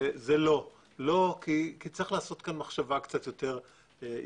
ולא היא, כי צריך לעשות פה מחשבה יותר יצירתית.